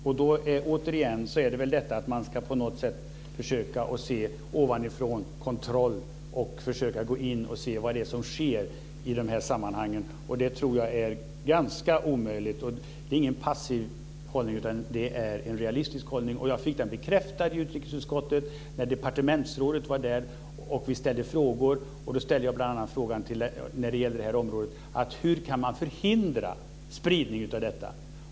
Då är det återigen fråga om att man på något sätt ska försöka att se ovanifrån, kontrollera, och försöka gå in och se vad som sker i de här sammanhangen. Det tror jag är nästan omöjligt. Det är ingen passiv hållning utan en realistisk hållning. Jag fick det bekräftat i utrikesutskottet när departementsrådet var där och vi fick ställa frågor. Jag ställde bl.a. frågan hur man kan förhindra spridning av detta.